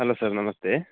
hello sir ನಮಸ್ತೆ